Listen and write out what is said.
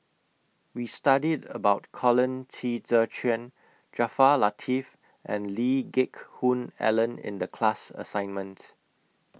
We studied about Colin Qi Zhe Quan Jaafar Latiff and Lee Geck Hoon Ellen in The class assignment